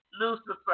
Lucifer